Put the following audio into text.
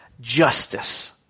justice